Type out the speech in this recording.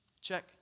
Check